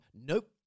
nope